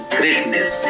greatness